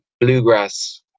bluegrass